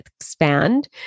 expand